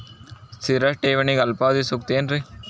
ಸ್ಥಿರ ಠೇವಣಿಗೆ ಅಲ್ಪಾವಧಿ ಸೂಕ್ತ ಏನ್ರಿ?